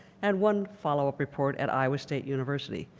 and one follow-up report at iowa state university.